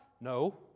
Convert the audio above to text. No